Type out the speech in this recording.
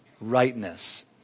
rightness